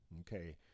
Okay